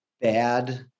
Bad